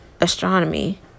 astronomy